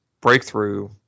breakthrough